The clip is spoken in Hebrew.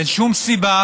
אין שום סיבה,